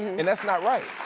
and that's not right.